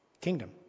kingdom